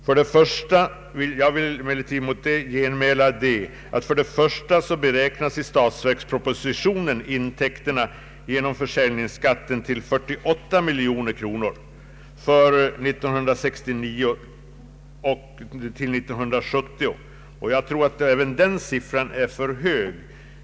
Jag vill emellertid mot detta genmäla att i statsverkspropositionen intäkterna genom försäljningsskatten beräknas till 48 miljoner kronor för 1969/ 70. Jag tror att även den siffran är för hög.